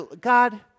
god